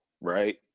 right